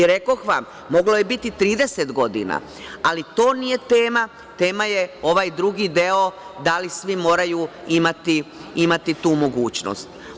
Rekoh vam, moglo je biti 30 godina, ali to nije tema, tema je ovaj drugi deo, da li svi moraju imati tu mogućnost.